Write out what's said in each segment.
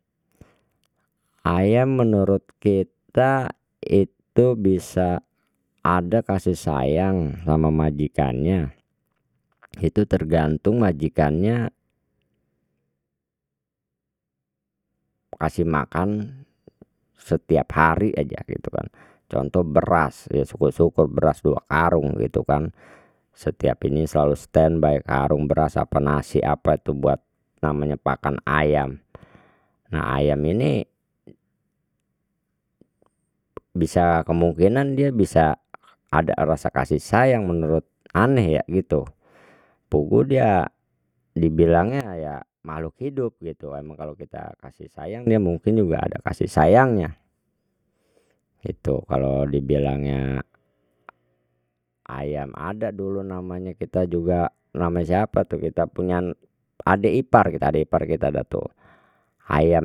Ayam menurut kita itu bisa ada kasih sayang sama majikannya, itu tergantung majikannya kasih makan setiap hari aja gitu kan contoh beras ya syukur syukur beras dua karung gitu kan setiap ini selalu stand by karung beras apa nasi apa itu buat namanya pakan ayam. Nah ayam ini bisa kemungkinan dia bisa ada rasa kasih sayang menurut ane ya gitu puguh dia dibilangnya ya makhluk hidup gitu emang kalau kita kasih sayang dia mungkin juga ada kasih sayangnya. Itu kalau dibilangnya ayam ada dulu namanya kita juga namanya siapa tuh kita punya adik ipar kita adik ipar kita dah tu ayam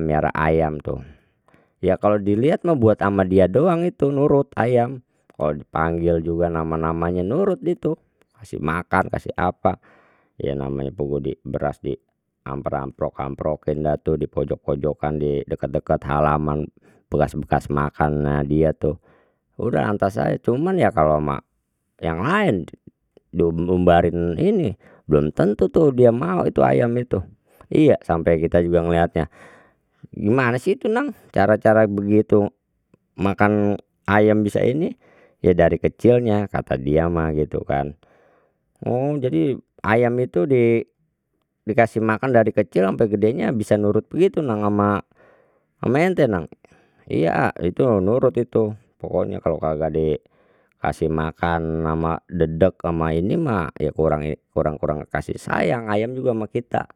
miara ayam tuh ya kalau dilihat mau buat ama dia doang itu nurut ayam kalau dipanggil juga nama namanya nurut itu kasih makan kasih apa ya namanya puguh beras di ampar amprok kamprokin dah tu di pojok pojokkan di dekat dekat halaman bekas bekas makannya dia tuh udah lantas aja cuman ya kalau ma yang lain diumbarin ini belum tentu tuh dia mau itu ayam itu iya sampai kita juga ngelihatnya gimana sih tenang cara cara begitu makan ayam bisa ini ya dari kecilnya kata dia mah gitu kan. Oh jadi ayam itu dikasih makan dari kecil sampai gedenya bisa nurut begitu nang sama ente nang iya ak itu nurut itu pokoknya kalau kagak di kasih makan ama dedek sama ini mah ya kurang kurang kurang kasih sayang ayam juga sama kita.